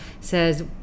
says